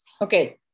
Okay